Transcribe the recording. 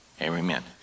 Amen